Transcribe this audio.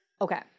Okay